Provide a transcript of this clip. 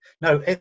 No